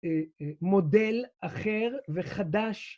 מודל אחר וחדש